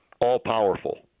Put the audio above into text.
all-powerful